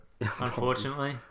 unfortunately